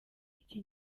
iki